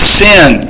sin